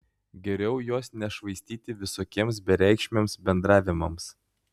geriau jos nešvaistyti visokiems bereikšmiams bendravimams